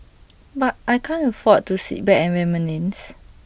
but I can't afford to sit back and reminisce